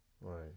Right